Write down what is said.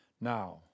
Now